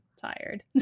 tired